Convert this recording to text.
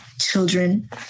children